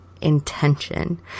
intention